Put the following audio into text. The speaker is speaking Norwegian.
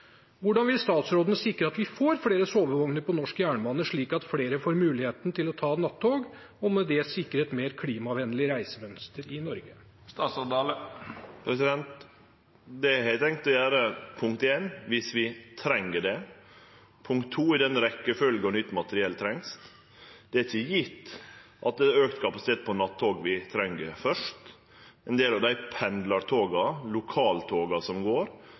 Hvordan vil statsråden sikre at vi får flere sovevogner på norsk jernbane, slik at flere får muligheten til å ta nattog og med det sikre et mer klimavennlig reisemønster i Norge? Det har eg tenkt å gjere – punkt 1: dersom vi treng det – punkt 2: i den rekkjefølgja nytt materiell trengst. Det er ikkje gjeve at det er auka kapasitet på nattog vi treng først. Ein del av dei pendlartoga, lokaltoga, som går,